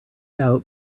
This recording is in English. out